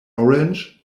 orange